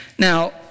Now